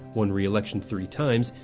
won reelection three times,